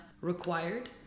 required